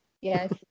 Yes